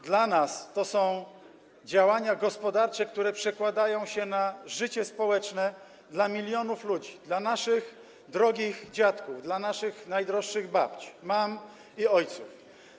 Dla nas to są działania gospodarcze, które przekładają się na życie społeczne, życie milionów ludzi, naszych drogich dziadków, naszych najdroższych babć, mam i ojców.